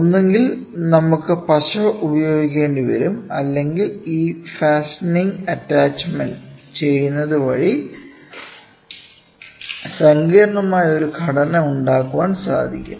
ഒന്നുകിൽ നമുക്കു പശ ഉപയോഗിക്കേണ്ടി വരുംഅല്ലെങ്കിൽ ഈ ഫാസ്റ്റണിംഗ് അറ്റാച്ചുമെന്റ് ചെയുന്നത് വഴി സങ്കീർണ്ണമായ ഒരു ഘടന ഉണ്ടാക്കാൻ സാധിക്കും